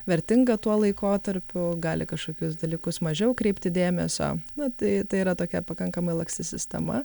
vertinga tuo laikotarpiu gali kažkokius dalykus mažiau kreipti dėmesio na tai tai yra tokia pakankamai laksti sistema